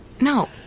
No